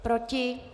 Proti?